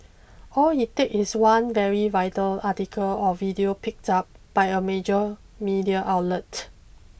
all it takes is one very vital article or video picked up by a major media outlet